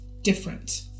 different